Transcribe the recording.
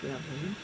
क्या बोला